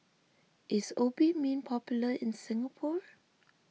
is Obimin popular in Singapore